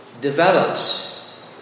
develops